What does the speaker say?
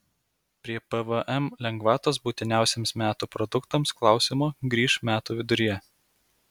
prie pvm lengvatos būtiniausiems metų produktams klausimo grįš metų viduryje